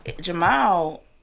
Jamal